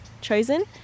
chosen